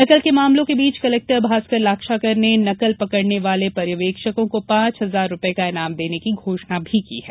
नकल के मामलों के बीच कलेक्टर भास्कर लाक्षाकार ने नकल पकड़ने वाले पर्यवेक्षकों को पांच हजार रुपए का इनाम देने की घोषणा की है